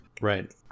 Right